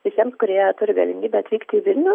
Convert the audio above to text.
visiems kurie turi galimybę atvykti į vilnių